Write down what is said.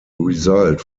result